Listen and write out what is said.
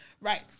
Right